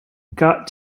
got